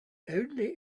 only